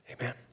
amen